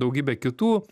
daugybe kitų